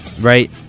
Right